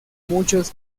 muchos